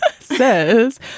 Says